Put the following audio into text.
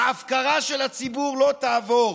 ההפקרה של הציבור לא תעבור.